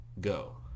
Go